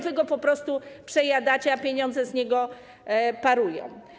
Wy go po prostu przejadacie, a pieniądze z niego parują.